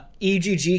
EGG